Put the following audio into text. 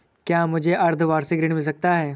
क्या मुझे अर्धवार्षिक ऋण मिल सकता है?